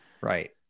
Right